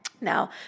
Now